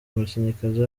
umukinnyikazi